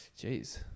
Jeez